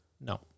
No